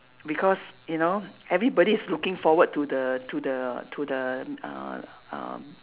because you know everybody is looking forward to the to the to the uh um